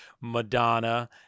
Madonna